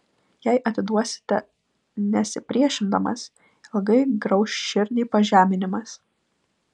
jei atiduosite nesipriešindamas ilgai grauš širdį pažeminimas